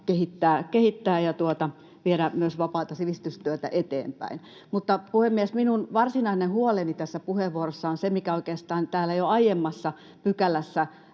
kehittää ja viedä myös vapaata sivistystyötä eteenpäin. Mutta, puhemies, minun varsinainen huoleni tässä puheenvuorossa on se aihealue, jota oikeastaan täällä jo aiemmassa pykälässä